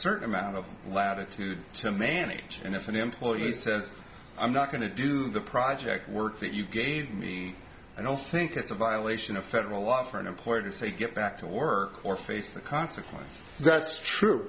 certain amount of latitude to manage and if an employee says i'm not going to do the project work that you gave me i don't think it's a violation of federal law for an employer to say get back to work or face the consequence that's true